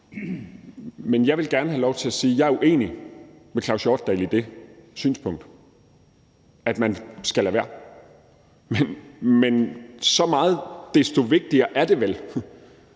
Men jeg vil gerne have lov til at sige, at jeg er uenig med Claus Hjortdal i det synspunkt, at man skal lade være. Men så meget desto vigtigere er det vel,